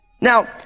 Now